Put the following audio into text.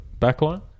Backline